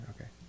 Okay